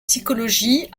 psychologie